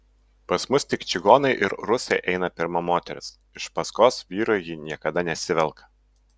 pas mus tik čigonai ir rusai eina pirma moters iš paskos vyrui ji niekada nesivelka